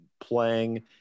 playing